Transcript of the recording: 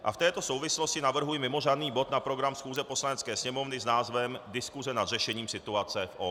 A v této souvislosti navrhuji mimořádný bod na program schůze Poslanecké sněmovny s názvem Diskuse nad řešením situace v OKD.